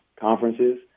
conferences